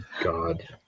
god